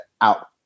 out